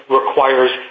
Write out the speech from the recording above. requires